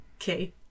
Okay